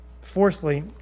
fourthly